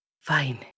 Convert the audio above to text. fine